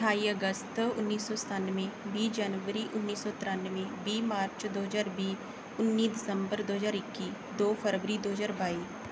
ਅਠਾਈ ਅਗਸਤ ਉੱਨੀ ਸੌ ਸਤਾਨਵੇਂ ਵੀਹ ਜਨਵਰੀ ਉੱਨੀ ਸੌ ਤਰਾਨਵੇਂ ਵੀਹ ਮਾਰਚ ਦੋ ਹਜ਼ਾਰ ਵੀਹ ਉੱਨੀ ਦਸਬੰਰ ਦੋ ਹਜ਼ਾਰ ਇੱਕੀ ਦੋ ਫਰਵਰੀ ਦੋ ਹਜ਼ਾਰ ਬਾਈ